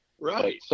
Right